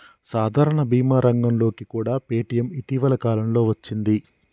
సాధారణ భీమా రంగంలోకి కూడా పేటీఎం ఇటీవల కాలంలోనే వచ్చింది